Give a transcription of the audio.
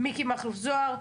מיקי מכלוף זוהר,